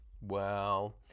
Well